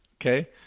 Okay